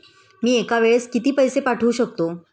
मी एका वेळेस किती पैसे पाठवू शकतो?